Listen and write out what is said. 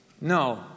No